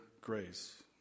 grace